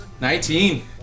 Nineteen